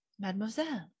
mademoiselle